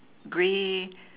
grey